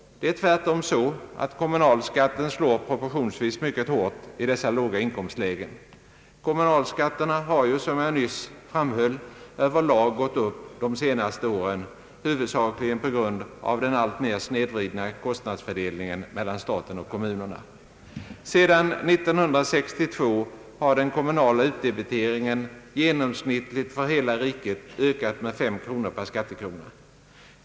Tvärtom är det så att kommunalskatten slår proportionsvis mycket hårt i dessa låga inkomstlägen. Som jag nyss framhöll har ju kommunalskatterna stigit över lag de senaste åren, huvudsakligen på grund av den allt mer snedvridna kostnadsfördelningen mellan staten och kommunerna. Sedan 1962 har den kommunala utdebiteringen i genomsnitt för hela riket ökat med 5 kronor per skattekrona.